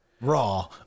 raw